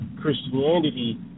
Christianity